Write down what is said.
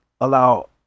allow